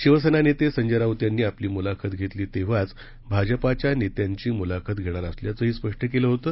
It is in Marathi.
शिवसेना नेते संजय राऊत यांनी आपली मुलाखत घेतली तेव्हाच भाजपाच्या नेत्यांची मुलाखत घेणार असल्याचंही स्पष्ट केलं होतं